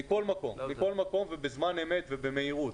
מכל מקום, בזמן אמת ובמהירות.